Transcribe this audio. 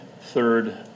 third